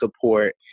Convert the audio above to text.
support